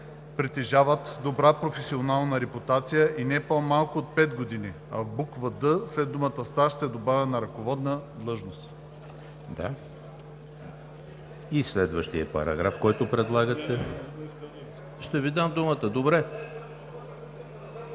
„Притежават добра професионална репутация и не по-малко от 5 години“, а в буква „д“ след думата „стаж“ се добавя „на ръководна длъжност“.“